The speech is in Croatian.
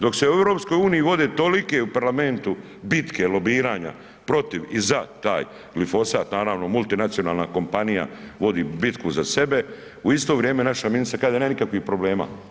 Dok se u EU vodi tolike, u parlamentu bitke, lobiranja protiv i za taj glifosat, naravno multinacionalna kompanija vodi bitku za sebe, u isto vrijeme naša ministrica kaže da nema nikakvih problema.